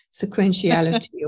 sequentiality